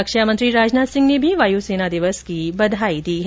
रक्षा मंत्री राजनाथ सिंह ने भी वायु सेना दिवस की बधाई दी है